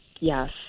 yes